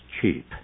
cheap